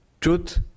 truth